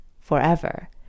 forever